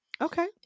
Okay